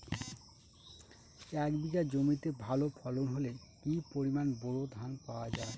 এক বিঘা জমিতে ভালো ফলন হলে কি পরিমাণ বোরো ধান পাওয়া যায়?